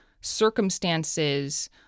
circumstances